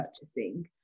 purchasing